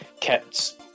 kept